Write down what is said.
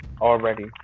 already